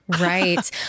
Right